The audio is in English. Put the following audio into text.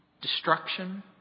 destruction